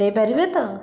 ଦେଇପାରିବେ ତ